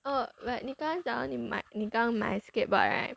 or like 你刚刚讲到你买你刚买 skateboard right